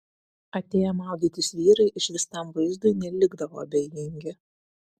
atėję maudytis vyrai išvystam vaizdui nelikdavo abejingi